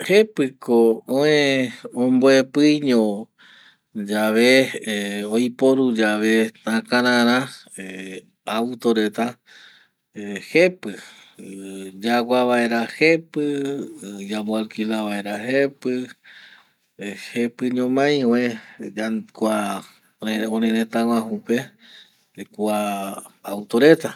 Jepi ko ue omboepiño yave ˂hesitation˃ oiporu yave takarara ˂hesitation˃ autoreta ˂hesitation˃ jepi ˂hesitation˃ yaguavaera jepi yambo alquila vaera jepi, jepi ñomai jepi kua orereta guaju pe kua auto reta